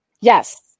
Yes